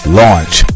launch